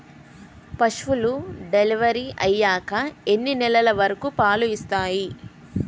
పశువులు డెలివరీ అయ్యాక ఎన్ని నెలల వరకు పాలు ఇస్తాయి?